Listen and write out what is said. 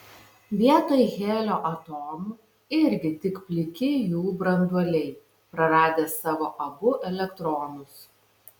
vietoj helio atomų irgi tik pliki jų branduoliai praradę savo abu elektronus